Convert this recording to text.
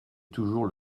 toujours